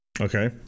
Okay